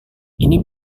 ini